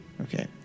Okay